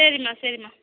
சரிம்மா சரிம்மா